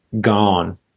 Gone